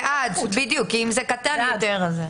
זה עד, אם זה קטן יותר.